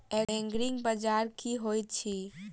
एग्रीबाजार की होइत अछि?